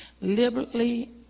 liberally